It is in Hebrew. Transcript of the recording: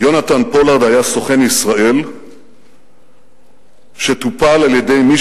"יונתן פולארד היה סוכן ישראל שטופל על-ידי מי